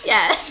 Yes